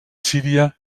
síria